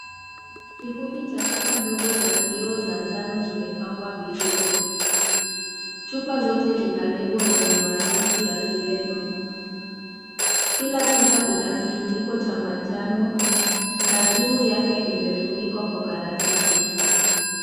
Kikundi cha chupa ndogo za kioo za njano zimepangwa vizuri . Chupa zote zina lebo yenye maandi ya kireno . Kila chupa ina kufiko cha manjano na juu yake imefunikwa kwa karatasi.